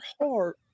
heart